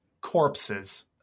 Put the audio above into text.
Corpses